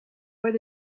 where